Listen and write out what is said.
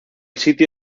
sitio